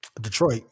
Detroit